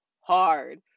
hard